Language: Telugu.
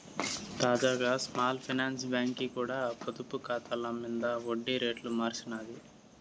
తాజాగా స్మాల్ ఫైనాన్స్ బాంకీ కూడా పొదుపు కాతాల మింద ఒడ్డి రేట్లు మార్సినాది